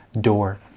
door